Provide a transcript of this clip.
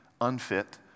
unfit